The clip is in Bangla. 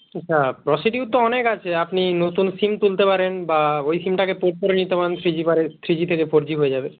আচ্ছা প্রসিডিওর তো অনেক আছে আপনি নতুন সিম তুলতে পারেন বা ওই সিমটাকে পোর্ট করে নিতে পারেন থ্রি জি পারে থ্রি জি থেকে ফোর জি হয়ে যাবে